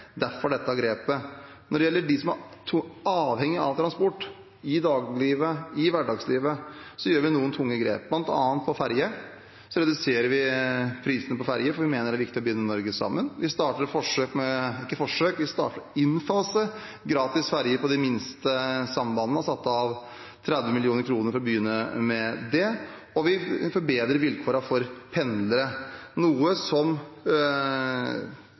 derfor dette grepet. Når det gjelder dem som er avhengige av transport i dagliglivet, i hverdagslivet, gjør vi noen tunge grep. Vi reduserer bl.a. prisene på ferje fordi vi mener det er viktig å binde Norge sammen. Vi starter opp med å innfase gratis ferje på de minste sambandene og har satt av 30 mill. kr for å begynne med det. Vi forbedrer vilkårene for landets pendlere, noe som